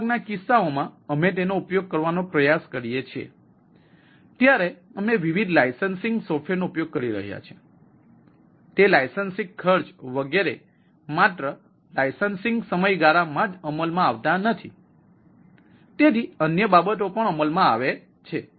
મોટા ભાગના કિસ્સાઓમાં અમે તેનો ઉપયોગ કરવાનો પ્રયાસ કરીએ છીએ ત્યારે અમે વિવિધ લાઇસન્સિંગ સોફ્ટવેરનો ઉપયોગ કરી રહ્યા છીએ અને તે લાઇસન્સિંગ ખર્ચ વગેરે માત્ર તે લાઇસન્સિંગ સમયગાળા માં જ અમલમાં આવતા નથી અને તેથી અન્ય બાબતો પણ અમલમાં આવે છે